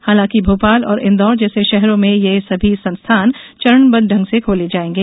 हालांकि भोपाल और इंदौर जैसे शहरों में ये सभी संस्थान चरणबद्व ढंग से खोले जाएंगे